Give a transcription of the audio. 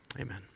amen